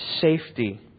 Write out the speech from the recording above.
safety